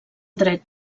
dret